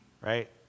Right